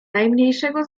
najmniejszego